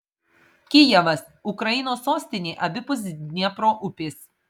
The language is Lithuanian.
kijevas ukrainos sostinė abipus dniepro upės